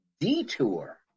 detour